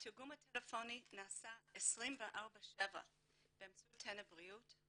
התרגום הטלפוני נעשה 24/7 באמצעות טנא בריאות,